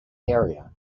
area